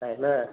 है ना